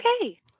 Okay